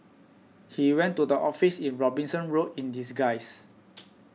he went to the office in Robinson Road in disguise